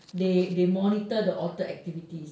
they they monitor the otter activity